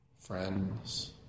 friends